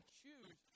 choose